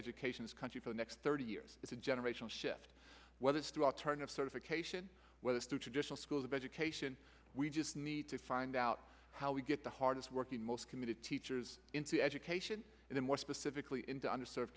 education is country for the next thirty years it's a generational shift whether it's through alternative certification whether through traditional schools of education we just need to find out how we get the hardest working most committed teachers into education and then what specifically in the under served